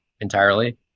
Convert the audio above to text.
entirely